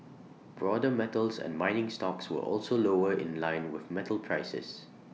broader metals and mining stocks were also lower in line with metal prices